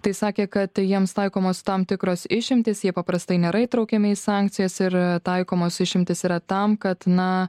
tai sakė kad jiems taikomos tam tikros išimtys jie paprastai nėra įtraukiami į sankcijas ir taikomos išimtys yra tam kad na